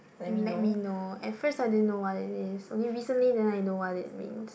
let me know at first I didn't know what it is only recently then know what it means